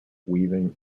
weaving